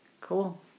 Cool